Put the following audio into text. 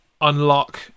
unlock